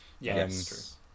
Yes